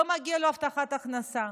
לא מגיעה לו הבטחת הכנסה.